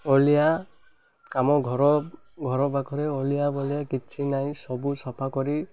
ଅଳିଆ ଆମ ଘର ଘର ପାଖରେ ଅଳିଆ ବଳିଆ କିଛି ନାହିଁ ସବୁ ସଫା କରି